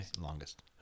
Longest